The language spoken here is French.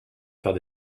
faire